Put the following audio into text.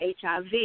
HIV